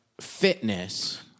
fitness